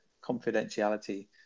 confidentiality